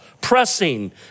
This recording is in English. pressing